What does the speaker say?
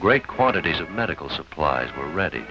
great quantities of medical supplies were ready